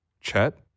Chet